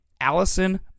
Allison